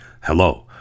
Hello